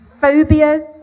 phobias